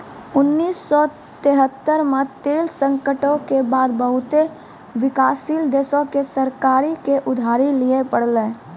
उन्नीस सौ तेहत्तर मे तेल संकटो के बाद बहुते विकासशील देशो के सरकारो के उधारी लिये पड़लै